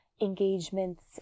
engagements